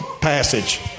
passage